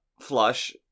flush